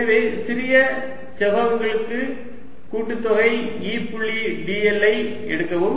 எனவே சிறிய செவ்வகங்களுக்கு கூட்டுத்தொகை E புள்ளி dl ஐக் எடுக்கவும்